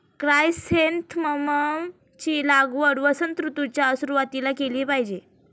chrysanthemum ची लागवड वसंत ऋतूच्या सुरुवातीला केली पाहिजे